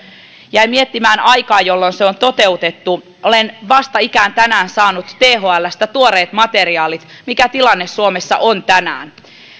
jäin miettimään aikaa jolloin se on toteutettu olen vastikään tänään saanut thlstä tuoreet materiaalit mikä tilanne suomessa on tänään